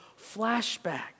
flashback